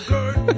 good